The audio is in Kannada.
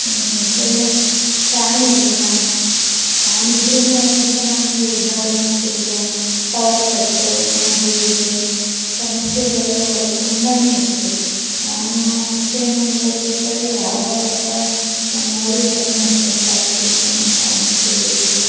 ಒಳ್ಳೆ ಫ್ಯಾನ್ ಇರಲಿಲ್ಲ ಫ್ಯಾನ್ ಇದ್ರು ಅದು ಚೆನ್ನಾಗಿ ಗಾಳಿ ಬೀಸ್ತಿರಲಿಲ್ಲ ಪವರ್ ಕಟ್ಟು ಹಾಗೆ ಹೀಗೆ ಸಮಸ್ಯೆಗಳು ತುಂಬಾ ಇತ್ತು ನಾನು ಹಾಸ್ಟೆಲ್ನಲ್ಲಿ ಓದಬೇಕಾರೆ ಯಾವಾಗಪ್ಪ ನಮ್ಮೂರಿಗೆ ಬಂದು ನಾನು ಸೆಟ್ಲಾಗ್ತಿನಿ ಅಂತ ಅನಿಸ್ಬಿಟ್ಟಿತ್ತು